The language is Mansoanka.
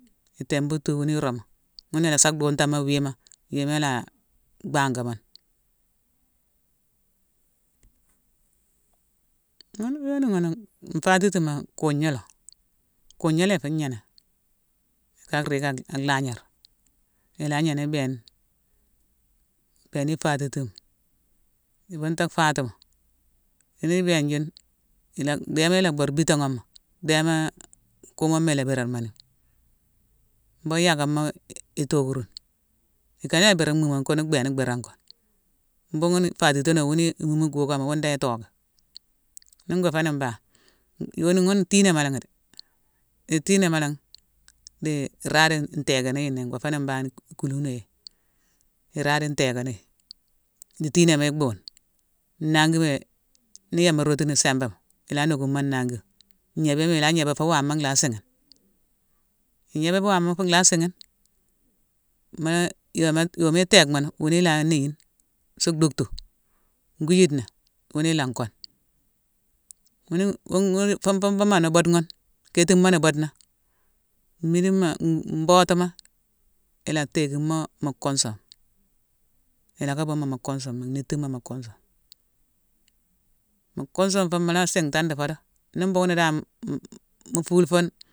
Itimbatutu wuni irumu, ghuna ilasa duntamo wima, wima ila-a bhangamo ni. Gune yoni gune nfatitima, kuugna lo. Kugna la ifu gnéné, ka rike ka lhagnarma. Ila gnéné ibééna, ibééni ifatitma. I bunta faatimo, yuni ibééne june, ila, dhééma la bur bitaghume ma, dhééma-a-kumome ma ila bhéramanine. Mbunghune yéckama-i-itokurune. Ikane ila bhiri mumu kune bééne bérane kune. Mbunghune fatitonowe wuni i mumu gukama, wune dan itocké. Nin go fééni mbangh, yoni ghune tiinama langhi dé. I tiinama langhi, di iradi ntéka néye né. Ngo fééni mbangh ikulune néye. Iradi ntéka néye. Ni itiinama ibuune, nnangima-é-ni yame ma rotuni simbama, ila nockumo nnangima, gnébéma ila gnébé fo waama nlha sigine. Ignébé fo wama fo lha sigine, mula yoma-yoma itéékmo ni, wuni ila néyine, suu dhucktu. Ngwijidena, wuni ila nkune. Wuni- n- won- wuni- fun- fun- fun- mane bude ghune, kétimoni budena, mmidima-mbotuma ila théékimo mu kunsuma. Ila ka bumo mu kunsuma, nhitimo mu kunsuma. Mu kunsune fune mula sintane di fodo, ni mbunghune dan-m-ful fune.